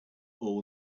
all